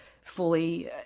fully